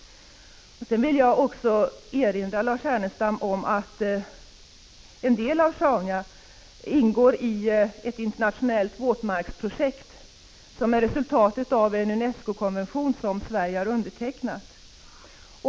Jag vill också påminna Lars Ernestam om att en del av Sjaunja ingår i ett internationellt våtmarksprojekt, som är resultatet av en Unescokonvention som Sverige har undertecknat.